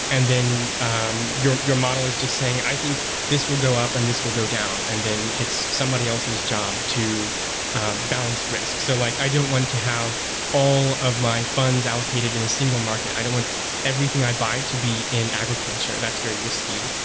and then um your your model is just saying, i think this will go up and this will go down, and then it's somebody else's job to balance risk. so like i don't want to have all of my funds allocated in a single market. i don't want everything i buy to be in agriculture. that's very risky.